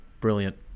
brilliant